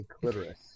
clitoris